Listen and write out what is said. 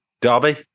Derby